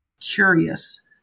curious